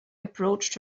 approached